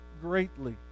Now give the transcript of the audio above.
greatly